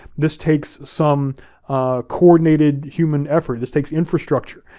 this takes some coordinated human effort, this takes infrastructure,